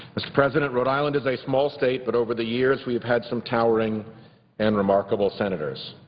mr. president, rhode island is a small state but over the years we've had some towering and remarkable senators.